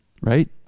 Right